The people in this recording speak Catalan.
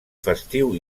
festiu